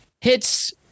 hits